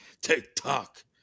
TikTok